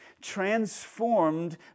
transformed